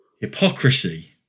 hypocrisy